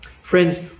Friends